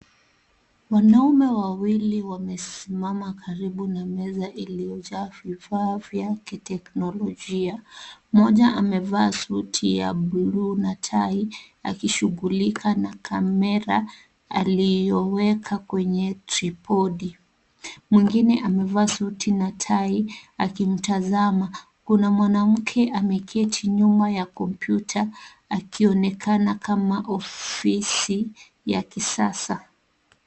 Wanaume wawili wamesimama karibu na meza iliyojaa vifaa vya kiteknolojia ,mmoja amevaa suti ya buluu na tai akishughulika na kamera aliyoweka kwenye tripodi , mwingine amevaa suti na tai akimtazama , kuna mwanamke ameketi nyuma ya kompyuta akionekana kama ofisi ya kisasa.